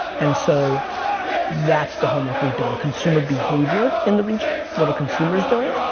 and so that's the homework we've done, consumer behavior in the region, what are consumers doing.